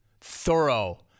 thorough